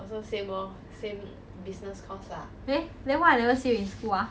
eh then why I never see you in school ah